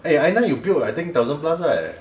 eh I nine you build right I think thousand plus right